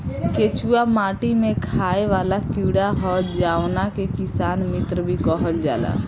केचुआ माटी में खाएं वाला कीड़ा ह जावना के किसान मित्र भी कहल जाला